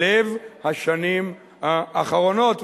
לב השנים האחרונות,